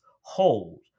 hold